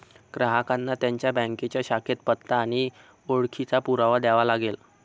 ग्राहकांना त्यांच्या बँकेच्या शाखेत पत्ता आणि ओळखीचा पुरावा द्यावा लागेल